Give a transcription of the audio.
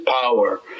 power